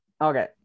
Okay